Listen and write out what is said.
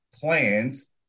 Plans